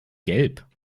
gelb